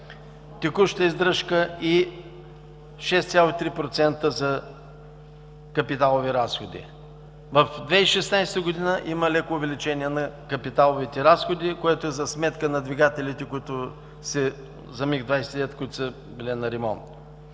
текуща издръжка и 6,3% за капиталови разходи. През 2016 г. има леко увеличение на капиталовите разходи, което е за сметка на двигателите МиГ-29, които са били на ремонт.